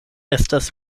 estas